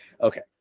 okay